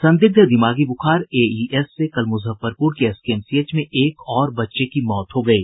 संदिग्ध दिमागी बुखार एईएस से कल मुजफ्फरपुर के एसकेएमसीएच में एक और बच्चे की मौत हो गयी